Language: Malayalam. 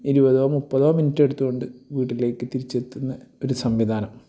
ഇരുപതോ മുപ്പതോ മിനിറ്റ് എടുത്തു കൊണ്ട് വീട്ടിലേക്ക് തിരിച്ചെത്തുന്ന ഒരു സംവിധാനം